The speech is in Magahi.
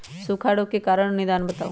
सूखा रोग के कारण और निदान बताऊ?